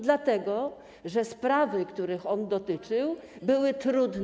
Dlatego że sprawy, których on dotyczył, były trudne.